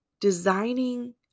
designing